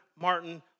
Martin